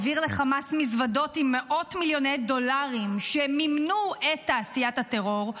העביר לחמאס מזוודות עם מאות מיליוני דולרים שמימנו את תעשיית הטרור,